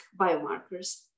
biomarkers